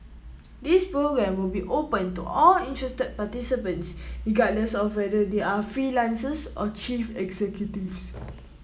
this programme will be open to all interested participants regardless of whether they are freelancers or chief executives